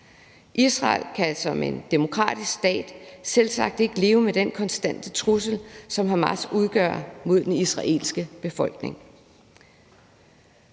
Israel kan som en demokratisk stat selvsagt ikke leve med den konstante trussel, som Hamas udgør mod den israelske befolkning.